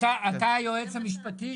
אתה היועץ המשפטי?